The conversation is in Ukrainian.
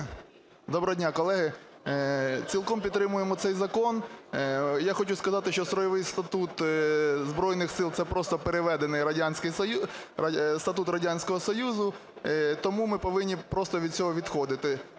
Доброго дня, колеги! Цілком підтримуємо цей закон. Я хочу сказати, що Стройовий статут Збройних Сил – це просто переведений статут Радянського Союзу, тому ми повинні просто від цього відходити.